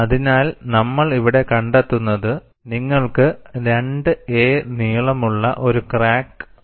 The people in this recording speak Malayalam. അതിനാൽ നമ്മൾ ഇവിടെ കണ്ടെത്തുന്നത് നിങ്ങൾക്ക് 2a നീളമുള്ള ഒരു ക്രാക്ക് ഉണ്ട്